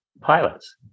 pilots